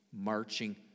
marching